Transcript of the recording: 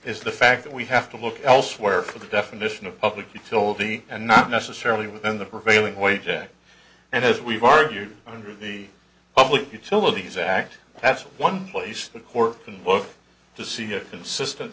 is the fact that we have to look elsewhere for the definition of public utility and not necessarily within the prevailing wage act and as we've argued under the public utilities act that's one place the court can look to see a consistent